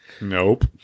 Nope